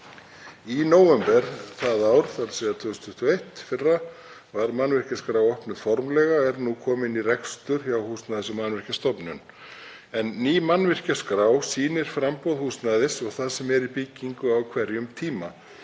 Í nóvember 2021 var mannvirkjaskrá opnuð formlega og er nú komin í rekstur hjá Húsnæðis- og mannvirkjastofnun. Ný mannvirkjaskrá sýnir framboð húsnæðis og það sem er í byggingu á hverjum tíma.